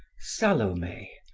salome,